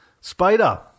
Spider